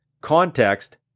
context